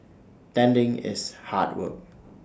tending it's hard work